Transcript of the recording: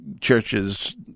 churches